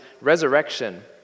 resurrection